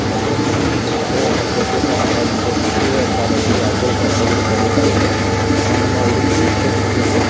ಸಮೃದ್ಧಿಯನ್ನು ಅಥವಾ ಪ್ರಕೃತಿಯನ್ನು ಆರಾಧಿಸುವ ಸುಗ್ಗಿಯ ಕಾಲದಲ್ಲಿ ಆಚರಿಸುವ ಹಬ್ಬಗಳು ಖಂಡಿತ ಇವೆ ನಮ್ಮ ಉಡುಪಿ ಕ್ಷೇತ್ರದಲ್ಲಿ